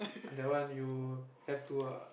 that one you have to ah